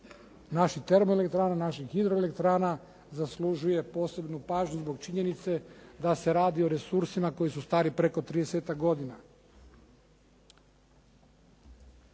naših termoelektrana, naših hidroelektrana zaslužuje posebnu pažnju zbog činjenice da se radi o resursima koji su stari preko tridesetak